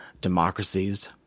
democracies